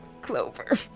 Clover